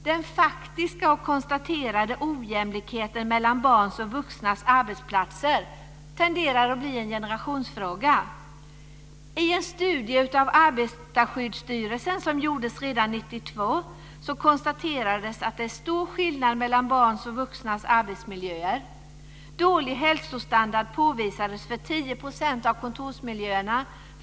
Den faktiska och konstaterade ojämlikheten mellan barns och vuxnas arbetsplatser tenderar att bli en generationsfråga. I en studie av Arbetarskyddsstyrelsen som gjordes redan 1992 konstaterades att det är stor skillnad mellan barns och vuxnas arbetsmiljöer. av skolorna.